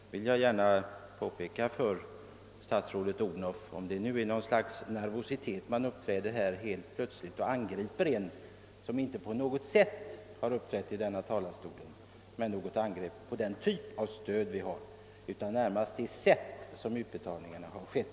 Jag vill gärna betona detta eftersom man här helt plötsligt angriper en person som inte på något sätt har gjort några invändningar mot den typ av stöd vi har utan närmast det sätt på vilket utbetalningarna har skett.